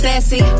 Sassy